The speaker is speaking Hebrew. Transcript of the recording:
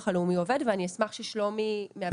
הלאומי עובד ואני אשמח ששלומי מהביטוח הלאומי יסביר.